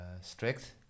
strict